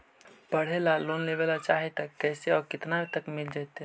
पढ़े ल लोन लेबे ल चाह ही त कैसे औ केतना तक मिल जितै?